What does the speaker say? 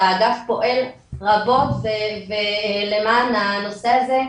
והאגף פועל רבות ולמען הנושא הזה,